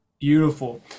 Beautiful